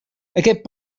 aquest